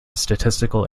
statistical